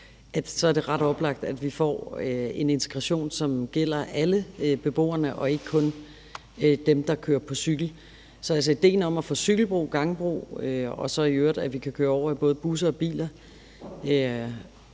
er det ret oplagt, at vi får en integration, som gælder alle beboerne og ikke kun dem, der kører på cykel. Så idéen om at få cykelbro, gangbro og så i øvrigt, at vi kan køre i over i både busser og biler,